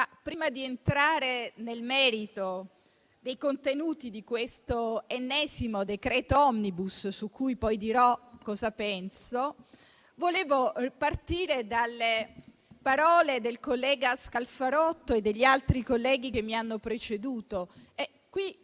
prima di entrare nel merito dei contenuti di questo ennesimo decreto-legge *omnibus*, di cui poi dirò cosa penso, desidero partire dalle parole del collega Scalfarotto e degli altri colleghi che mi hanno preceduto. Qui,